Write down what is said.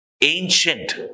ancient